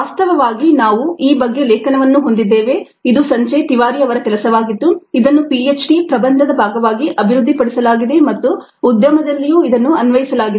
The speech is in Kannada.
ವಾಸ್ತವವಾಗಿ ನಾವು ಈ ಬಗ್ಗೆ ಲೇಖನವನ್ನು ಹೊಂದಿದ್ದೇವೆ ಇದು ಸಂಜಯ್ ತಿವಾರಿ ಅವರ ಕೆಲಸವಾಗಿತ್ತು ಇದನ್ನು ಪಿಎಚ್ಡಿ ಪ್ರಬಂಧದ ಭಾಗವಾಗಿ ಅಭಿವೃದ್ಧಿಪಡಿಸಲಾಗಿದೆ ಮತ್ತು ಉದ್ಯಮದಲ್ಲಿಯೂ ಇದನ್ನು ಅನ್ವಯಿಸಲಾಗಿದೆ